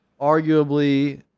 arguably